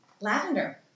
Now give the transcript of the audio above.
Lavender